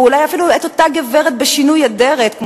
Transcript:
או אולי אפילו את אותה גברת בשינוי אדרת,